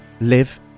live